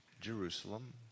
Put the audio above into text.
Jerusalem